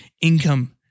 income